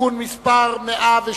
(תיקון מס' 116)